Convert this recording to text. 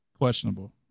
questionable